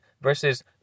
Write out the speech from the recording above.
versus